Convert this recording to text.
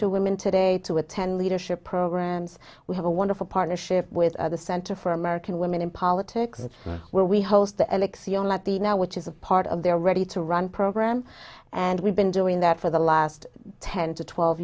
to women today to attend leadership programs we have a wonderful partnership with the center for american women in politics where we host the elex young at the now which is a part of their ready to run program and we've been doing that for the last ten to twelve